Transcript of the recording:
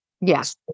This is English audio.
Yes